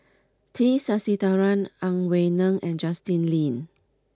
T Sasitharan Ang Wei Neng and Justin Lean